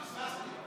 אני פספסתי.